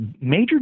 major